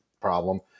problem